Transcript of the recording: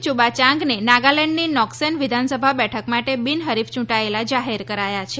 યુબાયાંગને નાગાલેન્ડની નોકસેન વિધાનસભા બેઠક માટે બિનહરીફ યૂંટાયેલા જાહેર કરાયા છે